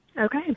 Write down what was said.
Okay